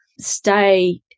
stay